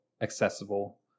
accessible